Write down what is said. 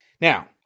Now